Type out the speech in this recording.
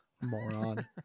Moron